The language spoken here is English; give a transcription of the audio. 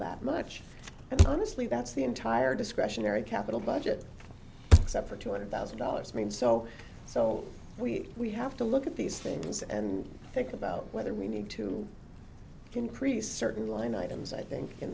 that much and honestly that's the entire discretionary capital budget except for two hundred thousand dollars i mean so so we we have to look at these things and think about whether we need to increase certain line items i think in